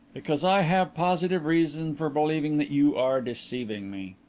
because i have positive reason for believing that you are deceiving me.